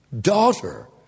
Daughter